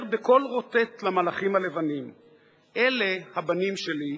בקול רוטט למלאכים הלבנים:/ אלה הבנים שלי,